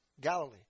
Galilee